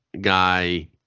guy